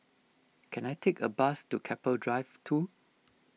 can I take a bus to Keppel Drive two